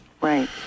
Right